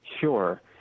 Sure